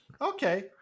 Okay